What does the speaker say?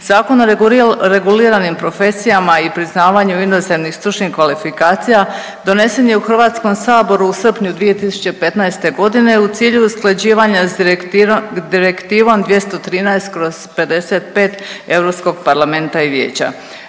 Zakon o reguliranim profesijama i priznavanju inozemnih stručnih kvalifikacija donesen je u HS u srpnju 2015.g. u cilju usklađivanja s Direktivom 213/55 Europskog